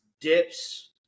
dips